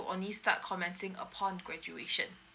will only start commencing upon graduation